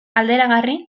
alderagarri